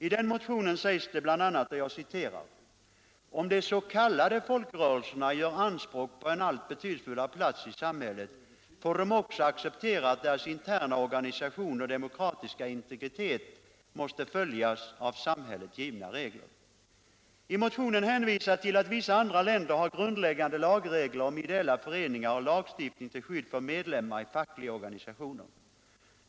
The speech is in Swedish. I den motionen sägs det bl.a.: ”Om de s.k. folkrörelserna gör anspråk på en allt betydelsefullare plats i samhället, får de också acceptera att deras interna organisation och demokratiska integritet måste följa av samhället givna regler.” I motionen hänvisas till att vissa andra länder har grundläggande lagregler om ideella föreningar och lagstiftning till skydd för medlemmar av fackliga organisationer.